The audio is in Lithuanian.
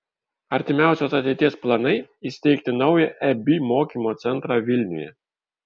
artimiausios ateities planai įsteigti naują ebi mokymo centrą vilniuje